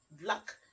black